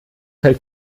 fällt